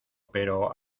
pero